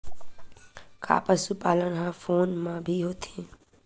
का पशुपालन ह फोन म भी होथे?